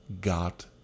God